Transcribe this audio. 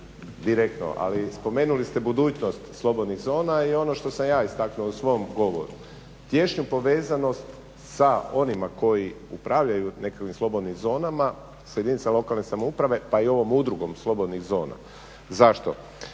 direktno. Ali spomenuli ste budućnost slobodnih zona i ono što sam ja istaknuo u svom govoru. Tješim povezanost sa onima koji upravljaju nekom od slobodnim zonama sa jedinica lokalne samouprave pa i ovom Udrugom slobodnih zona. Zašto?